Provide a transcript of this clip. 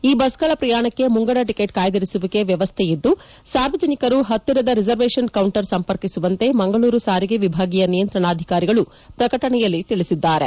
ಈ ಬಸ್ಗಳ ಪ್ರಯಾಣಕ್ಕೆ ಮುಂಗದ ಟಿಕೆಟ್ ಕಾಯ್ದಿರಿಸುವಿಕೆ ವ್ಯವಸ್ಥೆ ಇದ್ದು ಸಾರ್ವಜನಿಕರು ಹತ್ತಿರದ ರಿಸರ್ವೇಷನ್ ಕೌಂಟರ್ ಸಂಪರ್ಕಿಸುವಂತೆ ಮಂಗಳೂರು ಸಾರಿಗೆ ವಿಭಾಗೀಯ ನಿಯಂತ್ರಣಾಧಿಕಾರಿಗಳು ಪ್ರಕಟಣೆಯಲ್ಲಿ ತಿಳಿಸಿದ್ದಾರೆ